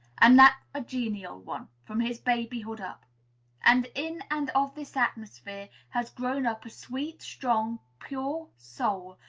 and that a genial one, from his babyhood up and in and of this atmosphere has grown up a sweet, strong, pure soul,